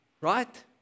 right